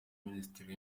minisitiri